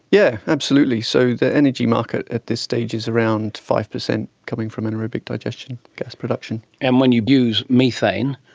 yeah absolutely. so the energy market at this stage is around five percent coming from anaerobic digestion gas production. and when you use methane,